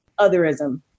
otherism